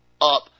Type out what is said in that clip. up